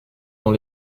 dans